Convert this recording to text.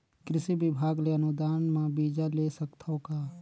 कृषि विभाग ले अनुदान म बीजा ले सकथव का?